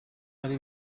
ari